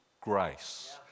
grace